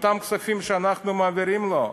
מאותם כספים שאנחנו מעבירים לו.